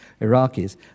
Iraqis